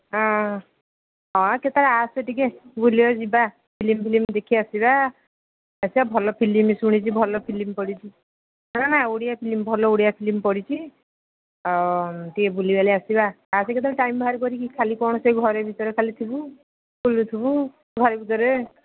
ଆ ହ କେତେବେଳେ ଆସେ ଟିକେ ବୁଲିବାକୁ ଯିବା ଫିଲ୍ମ ଫିଲ୍ମ ଦେଖି ଆସିବା ସେ ଭଲ ଫିଲ୍ମ ଶୁଣିଛି ଭଲ ଫିଲ୍ମ ପଡ଼ିଛି ନା ଓଡ଼ିଆ ଫିଲ୍ମ ଭଲ ଓଡ଼ିଆ ଫିଲ୍ମ ପଡ଼ିଛି ହଁ ଟିକେ ବୁଲିବାଲି ଆସିବା ଆଜି କେତେବେଳେ ଟାଇମ୍ ବାହାର କରିକି ଖାଲି କ'ଣ ସେ ଘରେ ଭିତରେ ଖାଲି ଥିବୁ ଖୋଲୁ ଥିବୁ ଘର ଭିତରେ